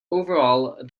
overall